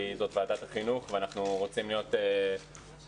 כי זו ועדת החינוך ואנחנו רוצים להיות רלוונטיים.